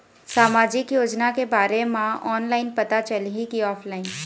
सामाजिक योजना के बारे मा ऑनलाइन पता चलही की ऑफलाइन?